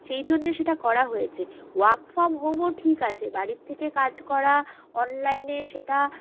সেই জন্যে সেটা করা হয়েছে ওয়ার্ক ফর্ম হোমও ঠিক আছে বাড়ির থেকে কাজ করা অনলাইনে সেটা